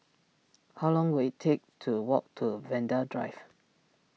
how long will it take to walk to Vanda Drive